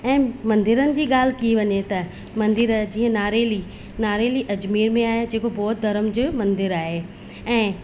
ऐं मंदिरनि जी ॻाल्हि कई वञे त मंदिर जीअं नारेली नारेली अजमेर में आहे जेके बौद्ध धर्म जो मंदिर आहे ऐं